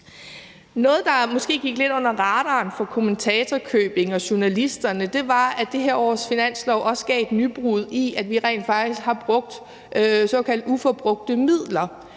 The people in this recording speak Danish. Noget, der måske gik lidt under radaren for kommentatorkøbing og journalisterne, var, at det her års finanslov også gav et nybrud, i forhold til at vi rent faktisk har brugt såkaldte uforbrugte midler.